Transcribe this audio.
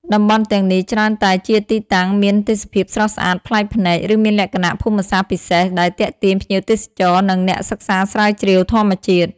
តំបន់ទាំងនេះច្រើនតែជាទីតាំងមានទេសភាពស្រស់ស្អាតប្លែកភ្នែក ឬមានលក្ខណៈភូមិសាស្ត្រពិសេស ដែលទាក់ទាញភ្ញៀវទេសចរ និងអ្នកសិក្សាស្រាវជ្រាវធម្មជាតិ។